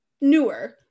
newer